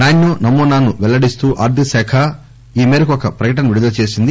నాణ్యం నమూనాను పెల్లడిస్తూ ఆర్గిక శాఖ ఈ మేరకు ఒక ప్రకటన విడుదల చేసింది